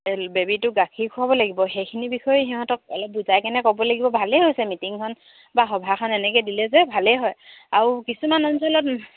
বেবীটোক গাখীৰ খোৱাব লাগিব সেইখিনি বিষয়ে সিহঁতক অলপ বুজাই কেনে ক'ব লাগিব ভালেই হৈছে মিটিংখন বা সভাখন এনেকৈ দিলে যে ভালেই হয় আৰু কিছুমান অঞ্চলত